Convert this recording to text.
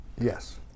Yes